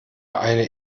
eine